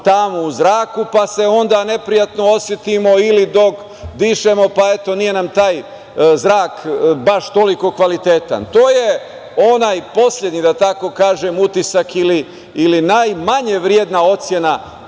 tamu u zraku pa se onda neprijatno osetimo, ili dok dišemo, pa, eto nije nam taj zrak baš toliko kvalitetan. To je onaj poslednji, da tako kažem, utisak ili najmanje vredna ocena